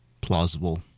plausible